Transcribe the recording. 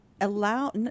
allow